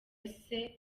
rossi